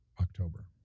october